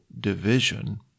division